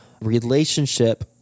relationship